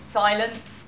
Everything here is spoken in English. silence